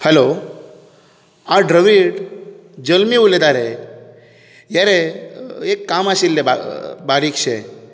hello आं द्रविड जल्मी उलयतां रे हें रे एक काम आशिल्लें बारीक शें